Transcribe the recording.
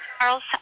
Charles